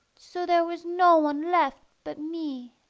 so there was no one left but me.